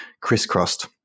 crisscrossed